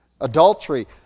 Adultery